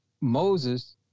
Moses